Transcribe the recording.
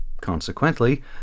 consequently